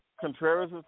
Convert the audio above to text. Contreras